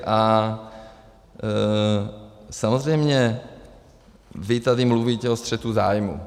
A samozřejmě vy tady mluvíte o střetu zájmů.